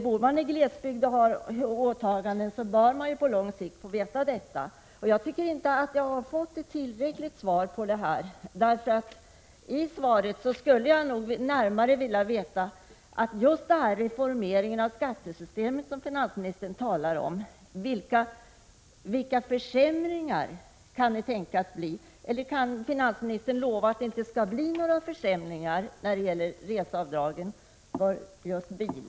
Bor man i glesbygd och har åtaganden bör man således få veta vad man har att rätta sig efter. Jag tycker inte att jag har fått tillräcklig information genom detta svar. Jag skulle nog närmare vilja veta vilka försämringar som kan tänkas bli följden av reformeringen av skattesystemet, som finansministern talar om, eller kan finansministern lova att det inte skall bli några försämringar när det gäller reseavdragen för bil?